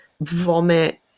vomit